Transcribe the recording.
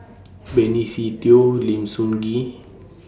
Benny Se Teo Lim Soo Ngee